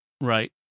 Right